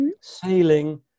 sailing